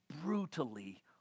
brutally